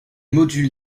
modules